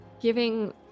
giving